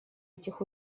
этих